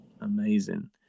Amazing